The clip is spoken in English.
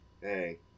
hey